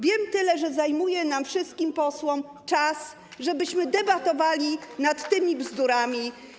Wiem tyle, że zajmuje nam wszystkim, posłom, czas, żebyśmy debatowali nad tymi bzdurami.